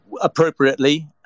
appropriately